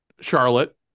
Charlotte